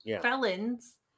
felons